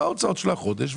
מה ההוצאות החודש.